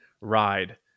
ride